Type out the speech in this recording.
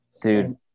Dude